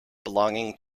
belonging